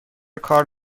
کار